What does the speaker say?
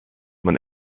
man